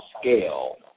scale